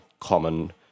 Common